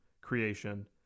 creation